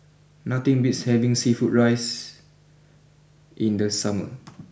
nothing beats having Seafood Rice in the summer